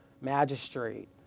magistrate